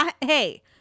Hey